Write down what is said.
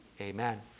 Amen